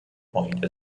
point